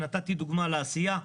ונתתי דוגמה לעשייה.